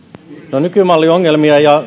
ovat nykymallin ongelmia ja